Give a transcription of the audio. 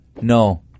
No